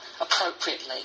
appropriately